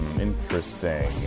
interesting